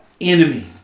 enemy